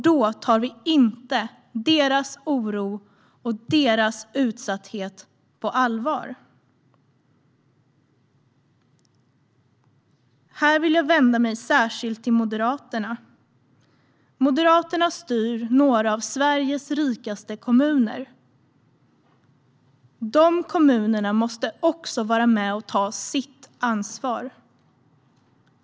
Då tar vi inte deras oro och deras utsatthet på allvar. Här vill jag särskilt vända mig till Moderaterna. Moderaterna styr några av Sveriges rikaste kommuner. De kommunerna måste också vara med och ta sitt ansvar.